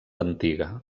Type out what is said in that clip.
antiga